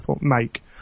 make